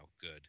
good